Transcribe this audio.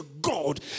god